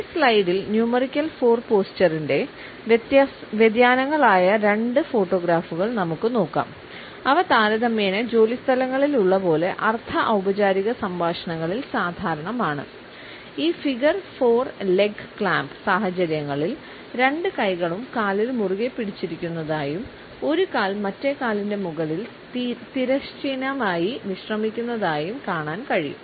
ഈ സ്ലൈഡിൽ സാഹചര്യങ്ങളിൽ രണ്ട് കൈകളും കാലിൽ മുറുകെപ്പിടിച്ചിരിക്കുന്നതായും ഒരു കാൽ മറ്റേ കാലിൻറെ മുകളിൽ തിരശ്ചീനമായി വിശ്രമിക്കുന്നതായും കാണാൻ കഴിയും